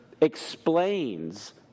explains